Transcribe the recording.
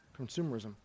consumerism